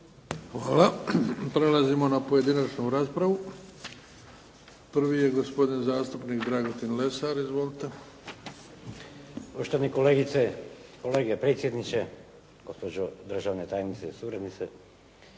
Hvala. Prelazimo na pojedinačnu raspravu. Prvi je gospodin zastupnik Dragutin Lesar. Izvolite. **Lesar, Dragutin (Nezavisni)** Poštovane kolegice i kolege, predsjedniče, gospođo državna tajnice i suradnice.